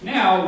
Now